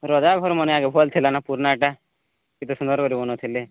ରଜା ଘରମାନେ ଆଗେ ଭଲ ଥିଲା ନା ପୁରୁଣାଟା କେତେ ସୁନ୍ଦର କରି ବନାଉଥିଲେ